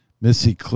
Missy